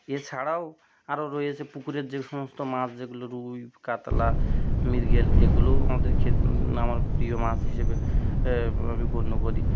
এছাড়াও আরও রয়েছে পুকুরের যে সমস্ত মাছ যেগুলো রুই কাতলা মৃগেল এগুলোও আমাদের খে আমার প্রিয় মাছ হিসেবে আমি গণ্য করি